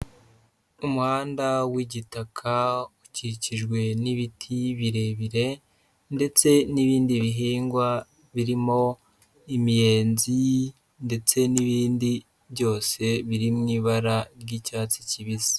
Umuhanda w'igitaka ukikijwe n'ibiti birebire ndetse n'ibindi bihingwa birimo imiyenzi ndetse n'ibindi byose biri mu ibara ry'icyatsi kibisi.